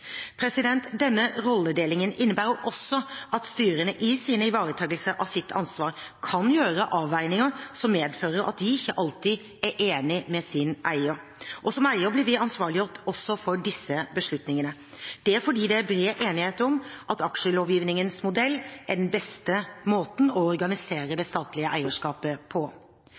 Denne rolledelingen innebærer også at styrene i sin ivaretakelse av sitt ansvar kan gjøre avveininger som medfører at de ikke alltid er enig med sin eier. Som eier blir vi ansvarliggjort også for disse beslutningene. Det er fordi det er bred enighet om at aksjelovgivningens modell er den beste måten å organisere det statlige eierskapet på.